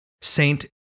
Saint